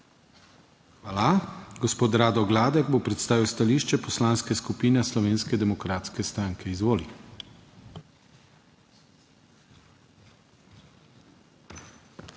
Hvala. Gospod Rado Gladek bo predstavil stališče Poslanske skupine Slovenske demokratske stranke. Izvolite.